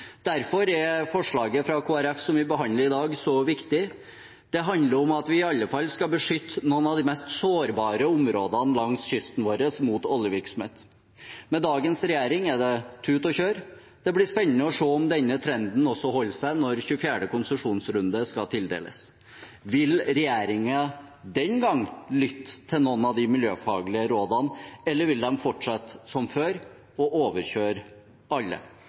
Derfor er forslaget fra Kristelig Folkeparti, som vi behandler i dag, så viktig. Det handler om at vi i alle fall skal beskytte noen av de mest sårbare områdene langs kysten vår mot oljevirksomhet. Med dagens regjering er det tut og kjør. Det blir spennende å se om denne trenden holder seg også når 24. konsesjonsrunde skal tildeles. Vil regjeringen da lytte til noen av de miljøfaglige rådene, eller vil de fortsette som før – og overkjøre alle?